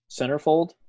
Centerfold